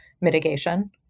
mitigation